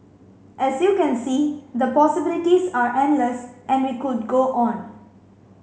as you can see the possibilities are endless and we could go on